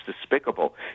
despicable